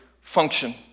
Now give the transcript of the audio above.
function